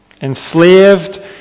Enslaved